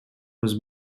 was